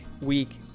week